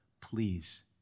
please